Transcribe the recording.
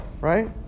right